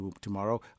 tomorrow